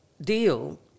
deal